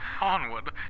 Onward